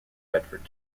bedford